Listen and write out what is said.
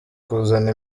kuzana